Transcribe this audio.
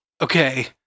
okay